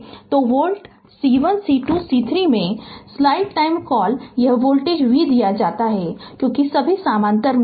तो volt C1 C2 C3 पर slide time call यह वोल्टेज v दिया जाता है क्योंकि सभी समानांतर में हैं